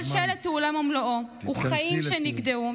כל שלט הוא עולם ומלואו וחיים שנגדעו,